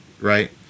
Right